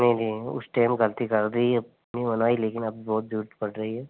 नहीं नहीं उस टेम गलती करदी अब लेकिन अब बहुत जरूरत पड़ रही है